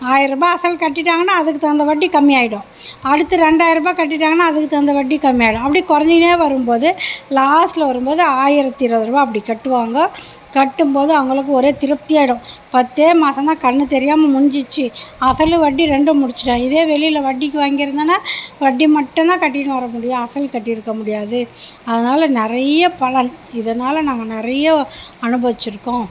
ஆயரூபா அசல் கட்டிட்டாங்கன்னா அதுக்கு தகுந்த வட்டி கம்மியாகிடும் அடுத்து ரெண்டாயரரூபா கட்டிவிட்டாங்கன்னா அதுக்கு தகுந்த வட்டி கம்மியாகிடும் அப்படியே கொறைஞ்சிக்கினே வரும்போது லாஸ்ட்டில் வரும்போது ஆயிரத்தி இருபது ரூபா அப்படி கட்டுவாங்க கட்டும்போது அவங்களுக்கு ஒரே திருப்தி ஆகிடும் பத்தே மாசந்தான் கண்ணு தெரியாமல் முடிஞ்சுடிச்சி அசலும் வட்டியும் ரெண்டும் முடிச்சுட்டேன் இதே வெளியில் வட்டிக்கு வாங்கிருந்தேன்னா வட்டி மட்டுந்தான் கட்டினு வர முடியும் அசல் கட்டியிருக்க முடியாது அதனால் நிறையா பலன் இதனால் நாங்கள் நிறையா அனுபவித்திருக்கோம்